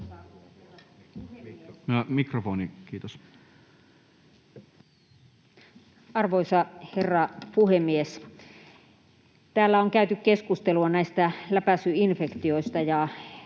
ollessa suljettuna] Arvoisa herra puhemies! Täällä on käyty keskustelua näistä läpäisyinfektioista.